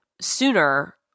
sooner